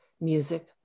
Music